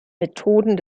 methoden